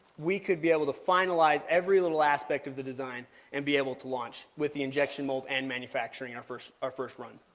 we could be able to finalize every little aspect of the design and be able to launch with the injection mold and manufacturing our first our first run.